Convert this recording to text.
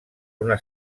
una